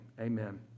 amen